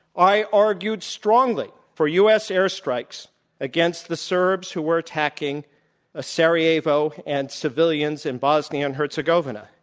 i argued strongly for u. s. airstrikes against the serbs who were attacking ah sarajevo and civilians in bosnia and herzegovina,